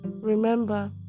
Remember